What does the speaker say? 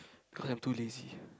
cause I am too lazy